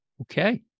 Okay